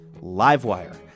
livewire